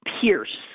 pierce